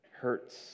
hurts